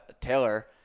Taylor